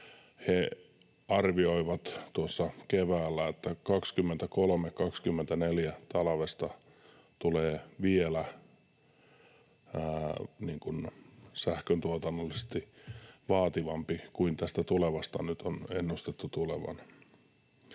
he arvioivat tuossa keväällä, että talvesta 23—24 tulee sähköntuotannollisesti vielä vaativampi kuin tästä tulevasta nyt on ennustettu tulevan.